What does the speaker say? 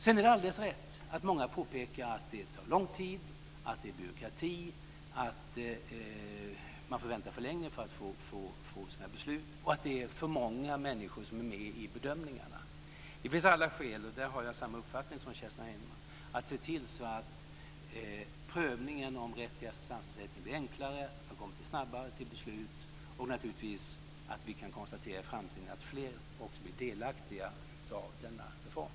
Det är alldeles rätt att många påpekar att det tar lång tid, att det är byråkrati, att man får vänta för länge på att få sina beslut och att det är för många människor som är med i bedömningarna. Det finns alla skäl - i det avseendet har jag samma uppfattning som Kerstin Heinemann - att se till att prövningen om rätt till assistansersättning blir enklare, att man kommer snabbare till beslut och, naturligtvis, att vi i framtiden kan konstatera att fler också blir delaktiga i denna reform.